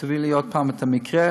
תביאי לי עוד פעם את המקרה.